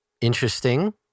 interesting